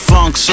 Funk